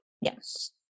Yes